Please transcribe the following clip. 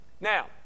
Now